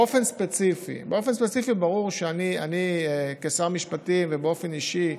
באופן ספציפי ברור שאני כשר משפטים, ובאופן אישי,